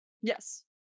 Yes